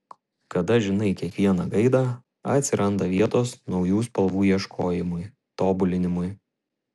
kada žinai kiekvieną gaidą atsiranda vietos naujų spalvų ieškojimui tobulinimui